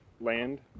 land